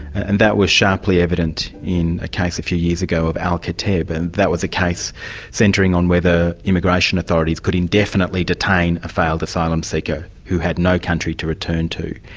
and that was sharply evident in a case a few years ago of al-kateb, but and that was a case centering on whether immigration authorities could indefinitely detain a failed asylum seeker who had no country to return to.